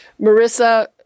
Marissa